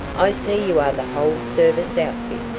i see you are the whole service outfit.